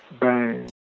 bang